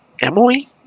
Emily